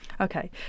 Okay